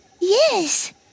Yes